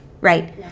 right